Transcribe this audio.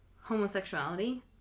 Homosexuality